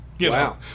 Wow